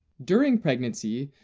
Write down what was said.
during pregnancy,